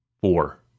Four